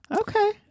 Okay